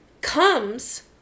comes